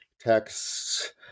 texts